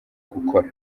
gukora